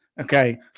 Okay